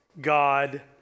God